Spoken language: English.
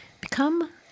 Become